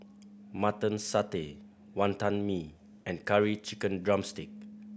Mutton Satay Wantan Mee and Curry Chicken drumstick